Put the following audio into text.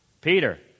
Peter